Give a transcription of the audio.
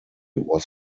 was